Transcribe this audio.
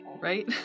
right